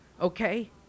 okay